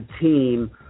team